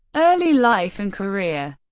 early life and career